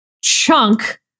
chunk